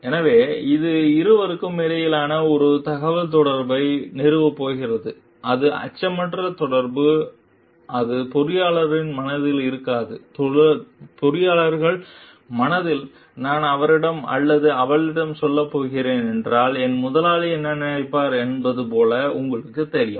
எனவே அது இருவருக்கும் இடையில் ஒரு தகவல்தொடர்புகளை நிறுவப் போகிறது ஒரு அச்சமற்ற தொடர்பு அது பொறியாளரின் மனதில் இருக்காது பொறியியலாளர்கள் மனதில் நான் அவரிடம் அல்லது அவளிடம் சொல்லப் போகிறேன் என்றால் என் முதலாளி என்ன நினைப்பார் என்பது போல உங்களுக்குத் தெரியும்